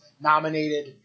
nominated